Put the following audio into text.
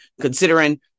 considering